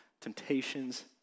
temptations